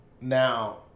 Now